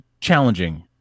challenging